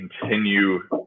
continue